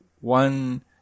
one